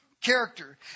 character